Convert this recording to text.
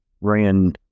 ran